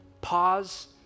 Pause